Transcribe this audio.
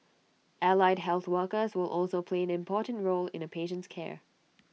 allied health workers will also play an important role in A patient's care